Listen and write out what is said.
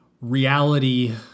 reality